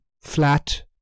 flat